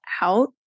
out